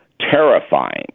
terrifying